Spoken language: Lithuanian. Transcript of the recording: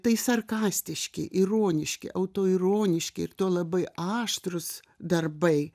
tai sarkastiški ironiški autoironiški ir tuo labai aštrūs darbai